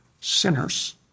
sinners